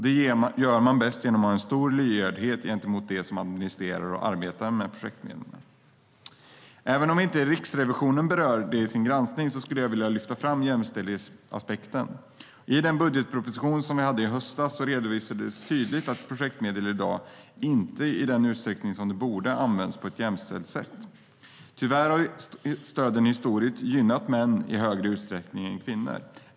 Det gör man bäst genom att ha en stor lyhördhet gentemot dem som administrerar och arbetar med projektmedlen. Även om inte Riksrevisionen berör det i sin granskning skulle jag vilja lyfta fram jämställdhetsaspekten. I budgetpropositionen i höstas redovisades tydligt att projektmedel i dag inte används på ett jämställt sätt i den utsträckning som de borde. Tyvärr har stöden historiskt sett gynnat män i högre utsträckning än kvinnor.